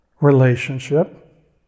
relationship